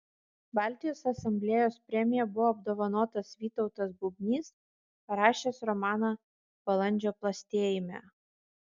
baltijos asamblėjos premija buvo apdovanotas vytautas bubnys parašęs romaną balandžio plastėjime